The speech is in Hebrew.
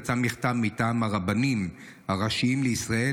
יצא מכתב מטעם הרבנים הראשיים לישראל,